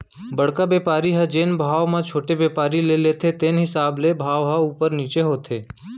बड़का बेपारी ह जेन भाव म छोटे बेपारी ले लेथे तेने हिसाब ले भाव ह उपर नीचे होथे